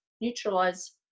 neutralize